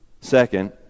second